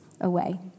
away